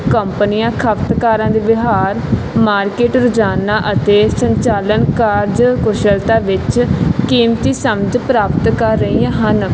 ਕੰਪਨੀਆਂ ਖਪਤਕਾਰਾਂ ਦੇ ਵਿਹਾਰ ਮਾਰਕੀਟ ਰੁਝਾਨਾਂ ਅਤੇ ਸੰਚਾਲਨ ਕਾਰਜ ਕੁਸ਼ਲਤਾ ਵਿੱਚ ਕੀਮਤੀ ਸਮਝ ਪ੍ਰਾਪਤ ਕਰ ਰਹੀਆਂ ਹਨ